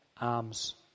arms